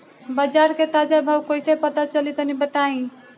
बाजार के ताजा भाव कैसे पता चली तनी बताई?